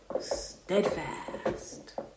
steadfast